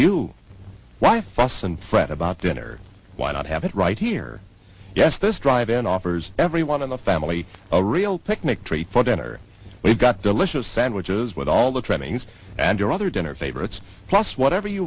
and fret about dinner why not have it right here yes this drive and offers everyone in the family a real picnic treat for dinner we've got delicious sandwiches with all the trimmings and your other dinner favorites plus whatever you